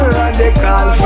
radical